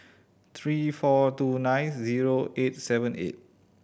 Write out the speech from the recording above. three four two nine zero eight seven eight